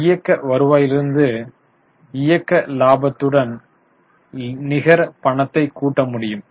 இயக்க வருவாயிலிருந்து இயக்க லாபத்துடன் நிகர பணத்தை கூட்ட முடியும்